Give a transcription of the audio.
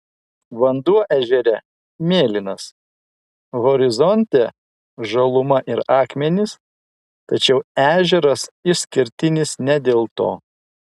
vanduo ežere mėlynas horizonte žaluma ir akmenys tačiau ežeras išskirtinis ne dėl to